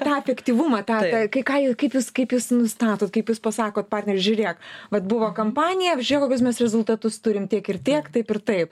tą efektyvumą tą kai ką kaip jūs kaip jūs nustatot kaip jus pasakot partneriui žiūrėk vat buvo kampanija žiūrėk kokius mes rezultatus turim tiek ir tiek taip ir taip